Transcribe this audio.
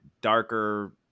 darker